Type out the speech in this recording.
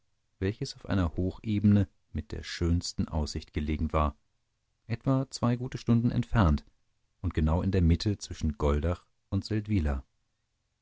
welches auf einer hochebene mit der schönsten aussicht gelegen war etwa zwei gute stunden entfernt und genau in der mitte zwischen goldach und